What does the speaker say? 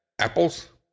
apples